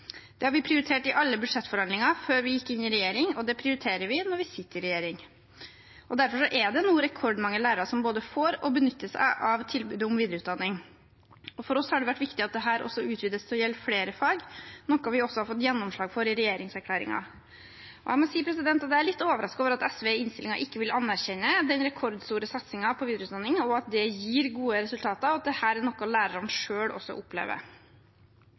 Det har vi prioritert i alle budsjettforhandlinger før vi gikk inn i regjering, og det prioriterer vi når vi sitter i regjering. Derfor er det nå rekordmange lærere som både får og benytter seg av tilbudet om videreutdanning. For oss har det vært viktig at dette også utvides til å gjelde flere fag, noe vi har fått gjennomslag for i regjeringserklæringen. Jeg må si at jeg er litt overrasket over at SV i innstillingen ikke vil anerkjenne den rekordstore satsingen på videreutdanning, at det gir gode resultater, og at dette er noe lærerne selv også opplever.